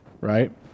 right